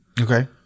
Okay